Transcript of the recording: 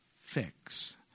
fix